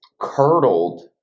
curdled